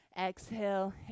exhale